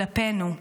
כלפינו,